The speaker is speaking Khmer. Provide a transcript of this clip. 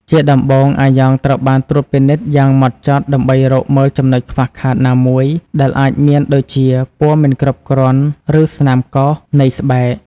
ជាដំបូង អាយ៉ងត្រូវបានត្រួតពិនិត្យយ៉ាងហ្មត់ចត់ដើម្បីរកមើលចំណុចខ្វះខាតណាមួយដែលអាចមានដូចជាពណ៌មិនគ្រប់គ្រាន់ឬស្នាមកោសនៃស្បែក។